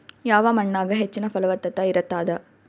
ಯಾವ ಮಣ್ಣಾಗ ಹೆಚ್ಚಿನ ಫಲವತ್ತತ ಇರತ್ತಾದ?